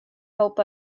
help